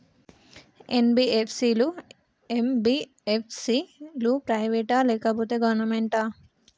NBFC లు, MBFC లు private ఆ లేకపోతే గవర్నమెంటా?